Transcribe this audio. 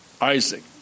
Isaac